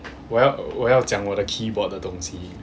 我要我要讲我的 keyboard 的东西